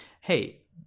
hey